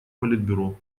политбюро